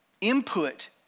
input